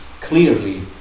clearly